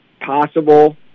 possible